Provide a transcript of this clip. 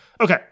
Okay